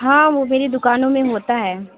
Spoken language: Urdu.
ہاں وہ میری دُکانوں میں ہوتا ہے